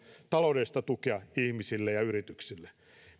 taloudellista tukea ihmisille ja yrityksille